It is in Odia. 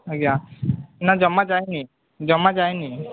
ଆଜ୍ଞା ନା ଜମା ଯାଇନି ଜମା ଯାଇନି